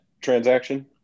transaction